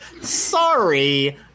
sorry